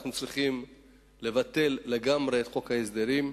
אנחנו צריכים לבטל לגמרי את חוק ההסדרים.